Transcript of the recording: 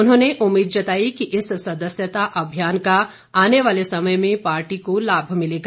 उन्होंने उम्मीद जताई कि इस सदस्यता अभियान का आने वाले समय में पार्टी को लाभ मिलेगा